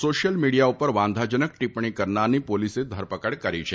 social media ઉપર વાંધાજનક ટીપ્પણી કરનારની પોલીસે ધરપકડ કરી છે